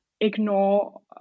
ignore